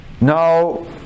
now